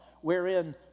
wherein